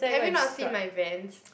have you not seen my Vans